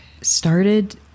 started